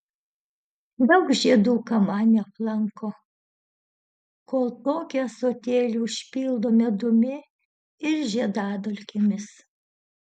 daug žiedų kamanė aplanko kol tokį ąsotėlį užpildo medumi ir žiedadulkėmis